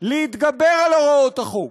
להתגבר על הוראות החוק